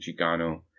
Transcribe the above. Chicano